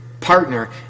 partner